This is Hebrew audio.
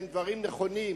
והם דברים נכונים,